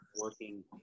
working